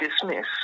dismiss